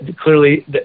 clearly